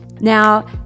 now